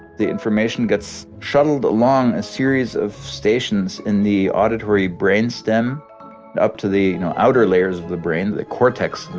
the information gets shuttled along a series of stations in the auditory brain stem and up to the you know outer layers of the brain, the cortex,